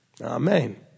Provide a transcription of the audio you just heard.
Amen